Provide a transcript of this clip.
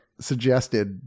suggested